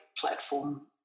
platform